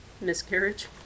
Miscarriage